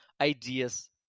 ideas